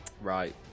Right